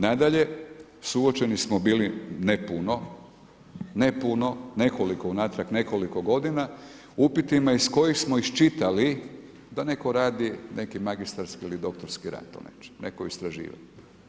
Nadalje, suočeni smo bili, ne puno, unatrag nekoliko godina, upitima iz kojih smo iščitali da netko radi neki magistarski ili doktorski rad, neko istraživanje.